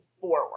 forward